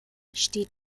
steht